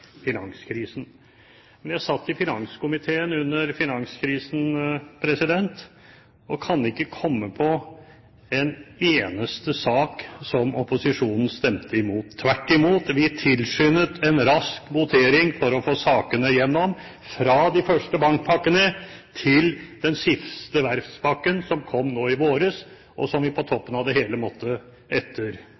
finanskrisen. Men jeg satt i finanskomiteen under finanskrisen og kan ikke komme på en eneste sak som opposisjonen stemte imot. Tvert imot, vi tilskyndet en rask votering for å få sakene igjennom, fra de første bankpakkene til den siste verftspakken, som kom nå i vår, og som vi på toppen av det hele